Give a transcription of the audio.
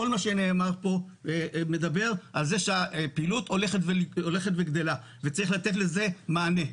כל מה שנאמר פה מדבר על כך שהפעילות הולכת וגדלה וצריך לתת לזה מענה.